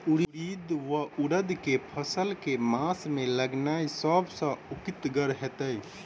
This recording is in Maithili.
उड़ीद वा उड़द केँ फसल केँ मास मे लगेनाय सब सऽ उकीतगर हेतै?